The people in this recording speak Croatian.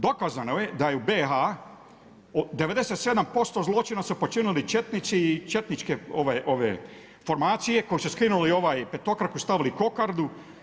Dokazano je da je u BiH 97% zločina su počinili četnici i četničke formacije koji su skinuli petokraku i stavili kokardu.